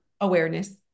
Awareness